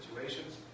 situations